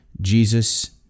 Jesus